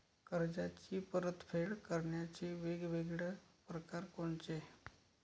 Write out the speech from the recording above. कर्जाची परतफेड करण्याचे वेगवेगळ परकार कोनचे?